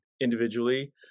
individually